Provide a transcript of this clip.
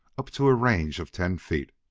up to a range of ten feet.